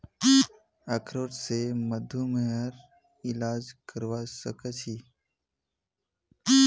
अखरोट स मधुमेहर इलाज करवा सख छी